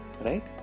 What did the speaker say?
right